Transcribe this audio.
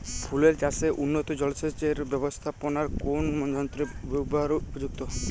ফুলের চাষে উন্নত জলসেচ এর ব্যাবস্থাপনায় কোন যন্ত্রের ব্যবহার উপযুক্ত?